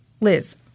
Liz